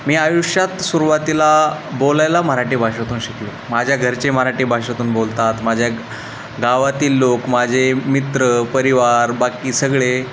मी आयुष्यात सुरुवातीला बोलायला मराठी भाषेतून शिकलो माझ्या घरचे मराठी भाषेतून बोलतात माझ्या गावातील लोक माझे मित्र परिवार बाकी सगळे